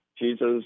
Jesus